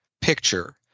picture